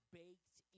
baked